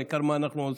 העיקר מה אנחנו עושים?